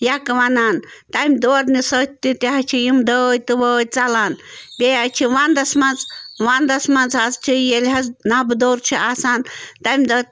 یَکہٕ وَنان تمہِ دورنہٕ سۭتۍ تہِ تہِ حظ چھِ یِم دٲدۍ تہٕ وٲدۍ ژلان بیٚیہِ حظ چھِ وَنٛدَس منٛز وَنٛدَس منٛز حظ چھِ ییٚلہِ حظ نَبہٕ دۄر چھِ آسان تمہِ دۄہ